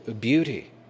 beauty